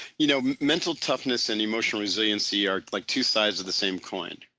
you know mental toughness and emotional resiliency are like two sides of the same coin.